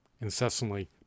incessantly